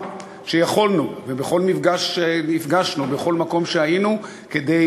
שיכולנו ובכל מפגש שנפגשנו ובכל מקום שהיינו כדי